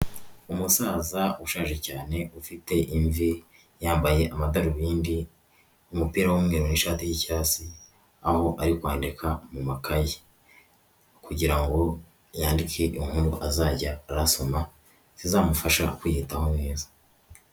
Umusaza ushaje cyane ufite imvi yambaye amadarubindi, umupira w'umweru n'ishati y'icyatsi, aho ari kwandika mu makayi kugira ngo yandike inkuru azajya arasoma zizamufasha kwiyitaho neza.